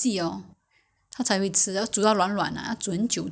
spend more hours cooking until it's very soft you know it's not even meat